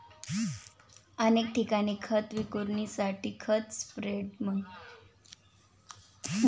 अनेक ठिकाणी खत विखुरण्यासाठी खत स्प्रेडर म्हणून ट्रॅक्टरसारख्या विशेष गाडीचा वापर केला जातो